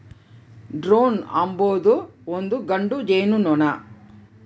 drone ಅಂಬೊದು ಒಂದು ಗಂಡು ಜೇನುನೊಣ